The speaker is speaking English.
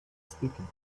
speaking